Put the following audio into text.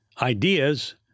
ideas